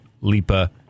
Lipa